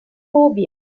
phobia